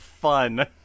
fun